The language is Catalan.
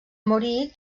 morir